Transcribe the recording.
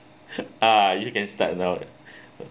ah you can start now